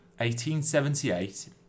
1878